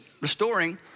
restoring